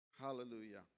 Hallelujah